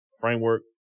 framework